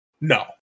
No